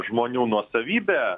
žmonių nuosavybė